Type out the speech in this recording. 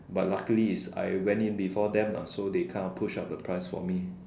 but luckily is I went in before them lah so they kind of push up the price for me